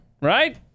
right